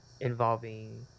involving